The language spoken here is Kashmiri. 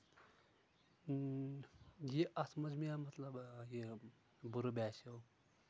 یہِ اَتھ منٛز مےٚ مطلب یہِ بُرٕ باسیو